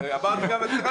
לצחוקים.